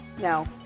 No